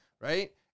right